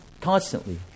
constantly